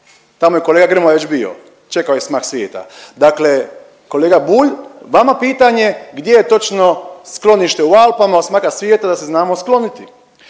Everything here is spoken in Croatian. Tamo je kolega Grmoja već bio, čekao je smak svijeta. Dakle, kolega Bulj vama pitanje gdje je točno sklonište u Alpama od smaka svijeta da se znamo skloniti.